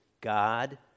God